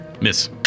Miss